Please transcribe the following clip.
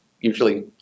usually